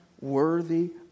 worthy